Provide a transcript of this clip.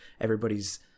Everybody's